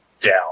down